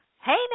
Hey